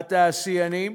התעשיינים,